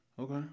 Okay